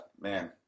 man